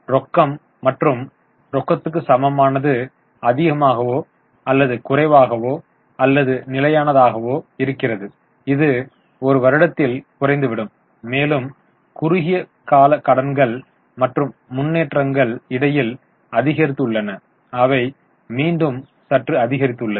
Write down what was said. ரொக்கம் மற்றும் ரொக்கத்துக்கு சமமானது அதிகமாகவோ அல்லது குறைவாகவோ அல்லது நிலையானதாகவும் இருக்கிறது இது ஒரு வருடத்தில் குறைந்து விடும் மேலும் குறுகிய கால கடன்கள் மற்றும் முன்னேற்றங்கள் இடையில் அதிகரித்துள்ளன அவை மீண்டும் சற்று அதிகரித்துள்ளது